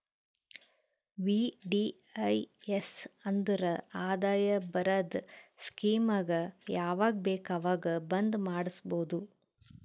VDIS ಅಂದುರ್ ಆದಾಯ ಬರದ್ ಸ್ಕೀಮಗ ಯಾವಾಗ ಬೇಕ ಅವಾಗ್ ಬಂದ್ ಮಾಡುಸ್ಬೋದು